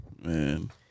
Man